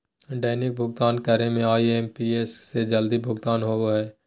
दैनिक भुक्तान करे में आई.एम.पी.एस से जल्दी भुगतान होबो हइ